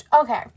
okay